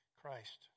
Christ